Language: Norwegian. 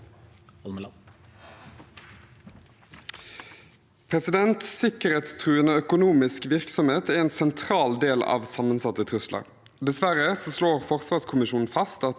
Sikkerhetstruen- de økonomisk virksomhet er en sentral del av sammensatte trusler. Dessverre slår forsvarskommisjonen fast at